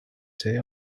see